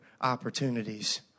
opportunities